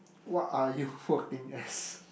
what are you working as